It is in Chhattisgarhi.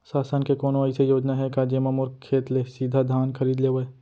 शासन के कोनो अइसे योजना हे का, जेमा मोर खेत ले सीधा धान खरीद लेवय?